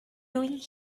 doing